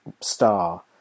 star